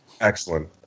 Excellent